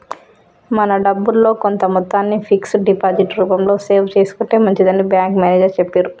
మన డబ్బుల్లో కొంత మొత్తాన్ని ఫిక్స్డ్ డిపాజిట్ రూపంలో సేవ్ చేసుకుంటే మంచిదని బ్యాంకు మేనేజరు చెప్పిర్రు